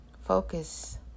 Focus